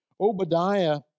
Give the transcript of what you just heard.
Obadiah